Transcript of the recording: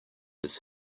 his